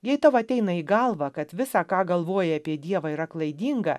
jei tau ateina į galvą kad visa ką galvoji apie dievą yra klaidinga